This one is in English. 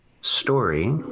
story